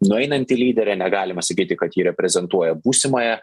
nueinanti lyderė negalima sakyti kad ji reprezentuoja būsimąją